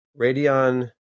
Radeon